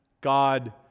God